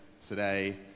Today